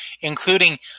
including